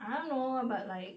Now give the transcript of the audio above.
I don't know but like